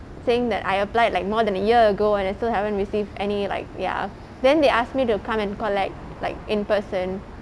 saying that I applied like more than a year ago and I still haven't receive any like ya then they ask me to come and collect like in person